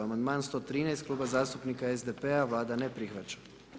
Amandman 113, kluba zastupnika SDP-a, Vlada ne prihvaća.